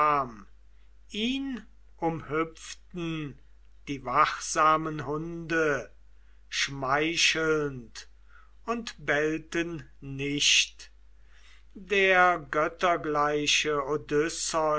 ihn umhüpften die wachsamen hunde schmeichelnd und bellten nicht der göttergleiche